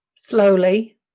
slowly